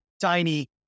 tiny